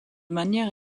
manière